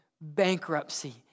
bankruptcy